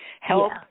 help